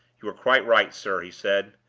you are quite right, sir, he said,